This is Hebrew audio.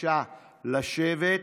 בבקשה לשבת.